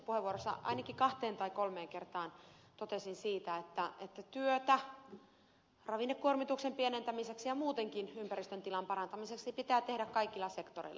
siinä ensimmäisessä puheenvuorossa ainakin kahteen tai kolmeen kertaan totesin siitä että työtä ravinnekuormituksen pienentämiseksi ja muutenkin ympäristön tilan parantamiseksi pitää tehdä kaikilla sektoreilla